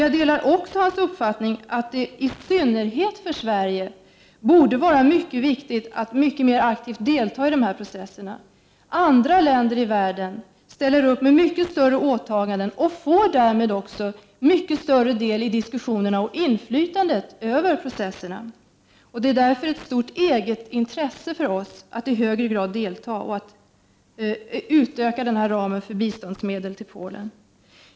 Jag delar också hans uppfattning att det i synnerhet för 13 december 1989 Sverige borde vara viktigt att mycket mer aktivt delta i dessa processer. = Andra länder i världen ställer upp med mycket större åtaganden och får därmed mycket större del i diskussionerna och större inflytande över processerna. Det är därför ett stort egenintresse för oss att i högre grad delta och att utöka ramen för biståndsmedel till Polen.